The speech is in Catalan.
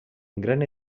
gran